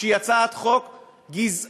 שהיא הצעת חוק גזענית,